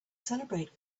celebrate